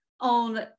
on